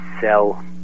cell